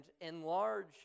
enlarge